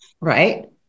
Right